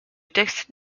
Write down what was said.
texte